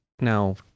Now